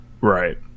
Right